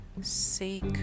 seek